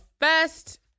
first